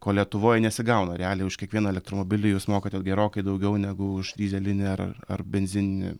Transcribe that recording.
ko lietuvoj nesigauna realiai už kiekvieną elektromobilį jūs mokate gerokai daugiau negu už dyzelinį ar ar benzininį